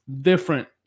different